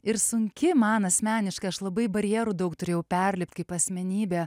ir sunki man asmeniškai aš labai barjerų daug turėjau perlipt kaip asmenybė